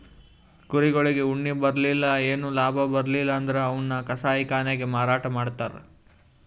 ಕುರಿಗೊಳಿಗ್ ಉಣ್ಣಿ ಬೆಳಿಲಿಲ್ಲ್ ಏನು ಲಾಭ ಬರ್ಲಿಲ್ಲ್ ಅಂದ್ರ ಅವನ್ನ್ ಕಸಾಯಿಖಾನೆಗ್ ಮಾರಾಟ್ ಮಾಡ್ತರ್